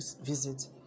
visit